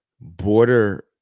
border